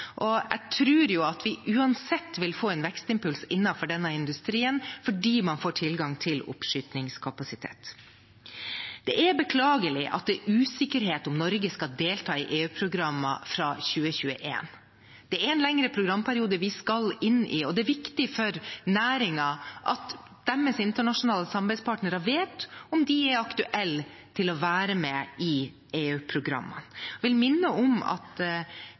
Jeg tror at vi uansett vil få en vekstimpuls innenfor denne industrien fordi man får tilgang til oppskytningskapasitet. Det er beklagelig at det er usikkerhet om Norge skal delta i EU-programmer fra 2021. Det er en lengre programperiode vi skal inn i, og det er viktig for næringen at deres internasjonale samarbeidspartnere vet om de er aktuelle til å være med i EU-programmene. Jeg vil minne om at